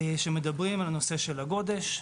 שמדברים על נושא הגודש.